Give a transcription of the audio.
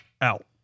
out